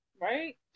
Right